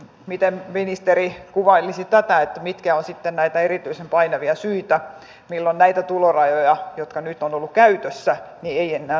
miten ministeri kuvailisi tätä mitkä ovat sitten näitä erityisen painavia syitä milloin näitä tulorajoja jotka nyt ovat olleet käytössä ei enää noudatettaisi